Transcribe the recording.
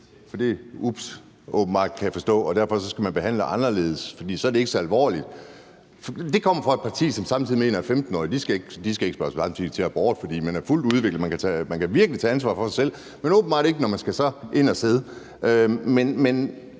forstå, og derfor skal man behandles anderledes, for så er det ikke så alvorligt. Det kommer fra et parti, som samtidig mener, at 15-årige ikke skal spørge i forhold til abort, fordi man er fuldt udviklet og virkelig kan tage ansvar for sig selv. Men sådan er det åbenbart ikke, når man så skal ind og sidde.